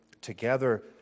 together